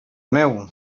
meu